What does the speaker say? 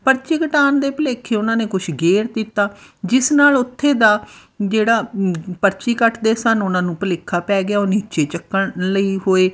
ਪਰਚੀ ਕਟਾਉਣ ਦੇ ਭੁਲੇਖੇ ਉਹਨਾਂ ਨੇ ਕੁਛ ਗੇਰ ਦਿੱਤਾ ਜਿਸ ਨਾਲ ਉੱਥੇ ਦਾ ਜਿਹੜਾ ਪਰਚੀ ਕੱਟਦੇ ਸਨ ਉਹਨਾਂ ਨੂੰ ਭੁਲੇਖਾ ਪੈ ਗਿਆ ਉਹ ਨੀਚੇ ਚੱਕਣ ਲਈ ਹੋਏ